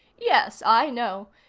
yes, i know.